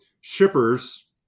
shippers